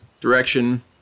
direction